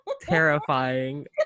terrifying